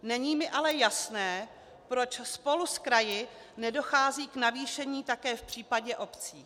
Není mi ale jasné, proč spolu s kraji nedochází k navýšení také v případě obcí.